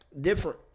different